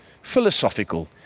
philosophical